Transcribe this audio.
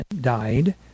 died